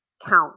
count